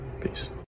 Peace